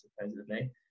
supposedly